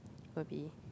will be